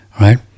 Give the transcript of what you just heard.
right